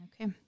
Okay